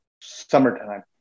Summertime